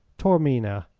taormina.